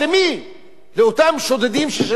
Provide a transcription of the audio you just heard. לאותם שודדים ששדדו את הקרקע הפלסטינית.